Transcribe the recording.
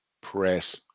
press